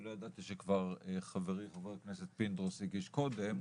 אני לא ידעתי שכבר חברי חבר הכנסת פינדרוס הגיש קודם,